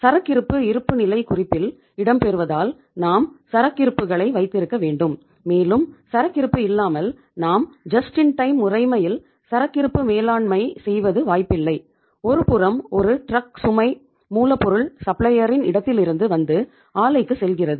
சரக்கிறுப்பு இருப்புநிலைக் குறிப்பில் இடம்பெறுவதால் நாம் சரக்கிறுப்புகளை வைத்திருக்க வேண்டும் மேலும் சரக்கிறுப்பு இல்லாமல் நாம் ஜஸ்ட் இன் டைம் இடத்திலிருந்து வந்து ஆலைக்குச் செல்கிறது